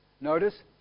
Notice